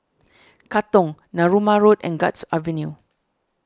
Katong Narooma Road and Guards Avenue